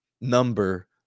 number